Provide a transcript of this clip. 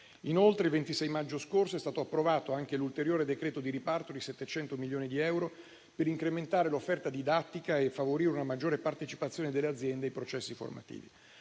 Inoltre, il 26 maggio scorso è stato approvato anche l'ulteriore decreto di riparto di 700 milioni di euro per incrementare l'offerta didattica e favorire una maggiore partecipazione delle aziende ai processi formativi.